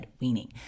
weaning